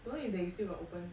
don't know if they still got open